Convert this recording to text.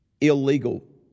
illegal